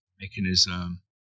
mechanism